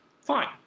Fine